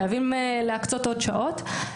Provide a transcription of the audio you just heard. חייבים להקצות עוד שעות.